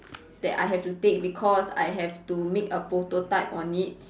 that I have to take because I have to make a prototype on it